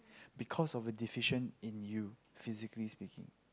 because of a deficient in you physically speaking